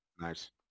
nice